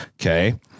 Okay